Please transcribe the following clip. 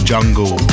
Jungle